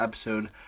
episode